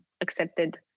accepted